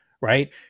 right